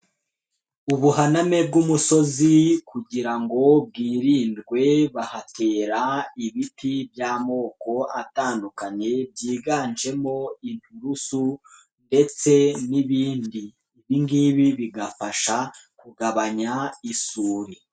Ubuhaname bw'umusozi kugira ngo bwirindwe bahatera ibiti by'amoko atandukanye byiganjemo inturusu ndetse n'ibindi, ibi ngibi bigafasha kugabanya isuri.